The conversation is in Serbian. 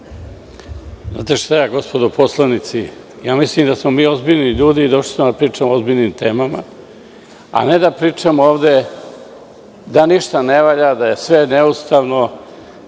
Znate šta, gospodo poslanici, mislim da smo ozbiljni ljudi i došli smo da pričamo o ozbiljnim temama, a ne da pričamo ovde da ništa ne valja, da je sve neustavno. Gospodine